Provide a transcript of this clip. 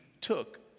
took